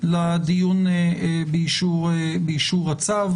לדיון באישור הצו.